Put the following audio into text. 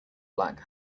black